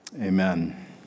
Amen